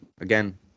again